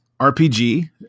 RPG